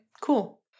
cool